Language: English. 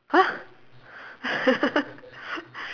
!huh!